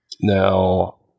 now